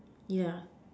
yeah